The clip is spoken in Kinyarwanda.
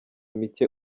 mike